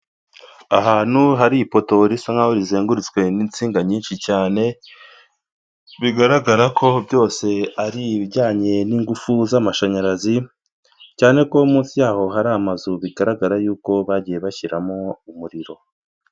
Ahantu hari ipoto risa nkaho rizengurutswe n'insinga nyinshi cyane, bigaragara ko byose ari ibijyanye n'ingufu z'amashanyarazi cyane ko munsi yaho hari amazu, bigaragara y'uko bagiye bashyiramo umuriro.